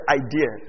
idea